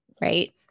Right